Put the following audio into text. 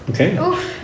Okay